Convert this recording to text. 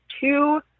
two